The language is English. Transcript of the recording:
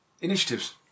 Initiatives